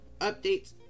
updates